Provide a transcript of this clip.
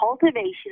cultivation